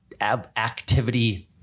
activity